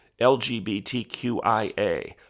LGBTQIA